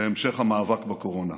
להמשך המאבק בקורונה.